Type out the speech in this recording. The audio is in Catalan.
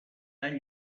tan